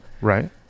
Right